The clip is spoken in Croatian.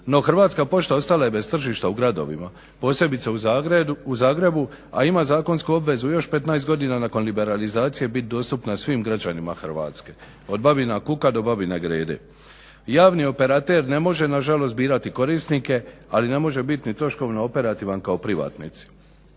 No, Hrvatska pošta ostala je bez tržišta u gradovima posebice u Zagrebu, a ima zakonsku obvezu još 15 godina nakon liberalizacije bit dostupna svim građanima Hrvatske od Babina Kuka do Babine Grede. Javni operater ne može na žalost birati korisnike, ali ne može bit ni troškovno operativan kao privatnici.